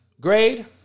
grade